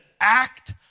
act